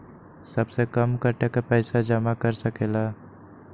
सबसे कम कतेक पैसा जमा कर सकेल?